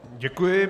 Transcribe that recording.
Děkuji.